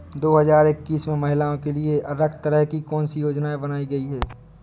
दो हजार इक्कीस में महिलाओं के लिए अलग तरह की कौन सी योजना बनाई गई है?